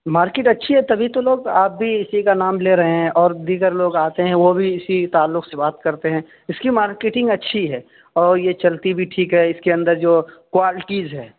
market اچھی ہے تبھی تو لوگ آپ بھی اسی کا نام لے رہے ہیں اور دیگر لوگ آتے ہیں وہ بھی اسی تعلق سے بات کرتے ہیں اس کی مارکیٹنگ اچھی ہے اور یہ چلتی بھی ٹھیک ہے اس کے اندر جو کوالٹیز ہے